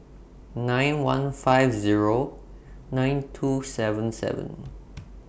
nine one five Zero nine two seven seven